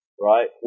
right